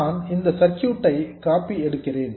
நான் இந்த சர்க்யூட் ஐ காபி எடுக்கிறேன்